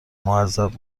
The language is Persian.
معذب